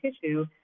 tissue